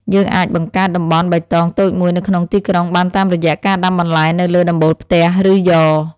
យើងអាចបង្កើតតំបន់បៃតងតូចមួយនៅក្នុងទីក្រុងបានតាមរយៈការដាំបន្លែនៅលើដំបូលផ្ទះ ឬយ៉រ។